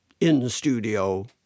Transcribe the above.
in-studio